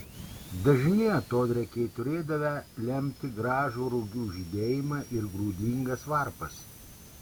dažni atodrėkiai turėdavę lemti gražų rugių žydėjimą ir grūdingas varpas